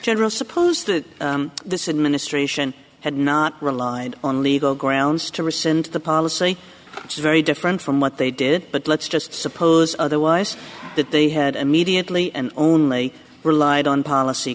general suppose that this administration had not relied on legal grounds to rescind the policy which is very different from what they did but let's just suppose otherwise that they had immediately and only relied on policy